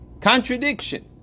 Contradiction